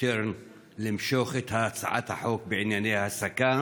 שטרן למשוך את הצעת החוק בענייני ההסקה,